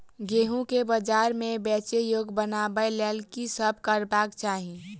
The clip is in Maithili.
गेंहूँ केँ बजार मे बेचै योग्य बनाबय लेल की सब करबाक चाहि?